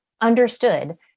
understood